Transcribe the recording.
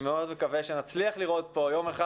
אני מאוד מקווה שנצליח לראות כאן יום אחד